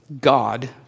God